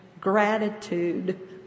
gratitude